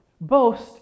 Boast